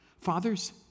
Fathers